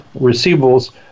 receivables